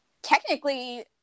Technically